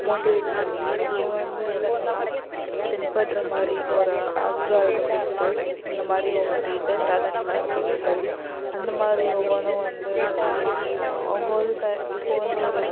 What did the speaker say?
motivate பண்ணி அவங்க வந்து தனியாக தென்படுகிறமாரி ஒரு அங்கீகாரத்தை கொடுத்து இந்தமாதிரி உங்கக்கிட்ட ஹிட்டன் டேலண்ட்ஸ் எல்லாம் இருக்குது அப்படின்னு சொல்லி அந்தமாதிரி ஒவ்வொன்று வந்து சொல்லி அவங்க வந்து த இப்போ வந்து ஒரு